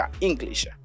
English